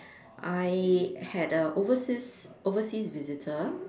I had a overseas overseas visitor